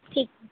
ठीकु आहे